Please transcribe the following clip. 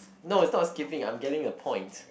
no its not skipping I'm getting a point